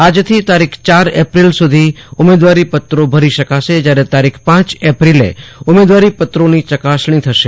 આવતીકાલથી ચાર એપ્રિલ સુધી ઉમેદવારી પત્રો ભરી શકાશે જયારે પાંચ એપ્રિલે ઉમેદવારીપત્રોની ચકાસણી થશે